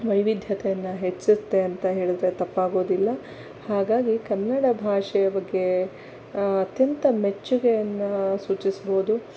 ವೈವಿಧ್ಯತೆಯನ್ನು ಹೆಚ್ಚಿಸುತ್ತೆ ಅಂತ ಹೇಳಿದರೆ ತಪ್ಪಾಗೋದಿಲ್ಲ ಹಾಗಾಗಿ ಕನ್ನಡ ಭಾಷೆಯ ಬಗ್ಗೆ ಅತ್ಯಂತ ಮೆಚ್ಚುಗೆಯನ್ನು ಸೂಚಿಸ್ಬೋದು